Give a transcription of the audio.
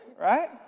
Right